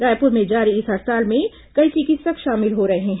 रायपुर में जारी इस हड़ताल में कई चिकित्सक शामिल हो रहे हैं